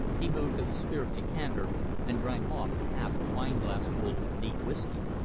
he moved to the spirit decanter and drank off half a wineglassful of neat whisky!